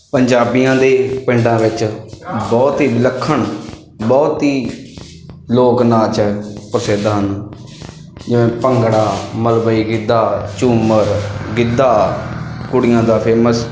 ਪੰਜਾਬੀਆਂ ਦੇ ਪਿੰਡਾਂ ਵਿੱਚ ਬਹੁਤ ਹੀ ਵਿਲੱਖਣ ਬਹੁਤ ਹੀ ਲੋਕ ਨਾਚ ਹੈ ਪ੍ਰਸਿੱਧ ਹਨ ਜਿਵੇਂ ਭੰਗੜਾ ਮਲਵਈ ਗਿੱਧਾ ਝੂੰਮਰ ਗਿੱਧਾ ਕੁੜੀਆਂ ਦਾ ਫੇਮਸ